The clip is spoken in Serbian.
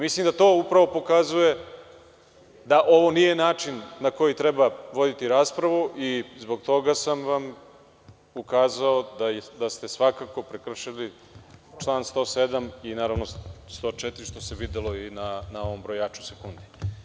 Mislim da to upravo pokazuje da ovo nije način na koji treba voditi raspravu i zbog toga sam vam ukazao da ste svakako prekršili član 107. i, naravno, 104, što se videlo na ovom brojaču sekundi.